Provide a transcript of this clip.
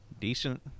decent